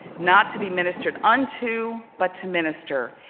not to be ministered unto, but to minister.